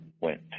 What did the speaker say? went –